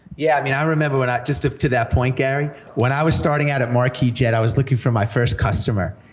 yeah, mean, i remember when i, just to that point, gary, when i was starting out at marquis jet, i was looking for my first customer.